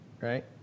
right